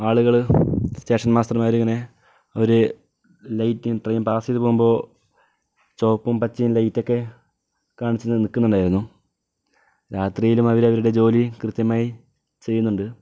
ആളുകൾ സ്റ്റേഷൻ മാസ്റ്റർമാരിങ്ങനെ അവർ ലൈറ്റ് ട്രെയിൻ പാസ്സ് ചെയ്ത് പോകുമ്പോൾ ചുവപ്പും പച്ചയും ലൈറ്റൊക്കെ കാണിച്ച് നിൽക്കുന്നുണ്ടായിരുന്നു രാത്രിയിലും അവർ അവരുടെ ജോലി കൃത്യമായി ചെയ്യുന്നുണ്ട്